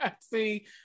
See